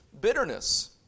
bitterness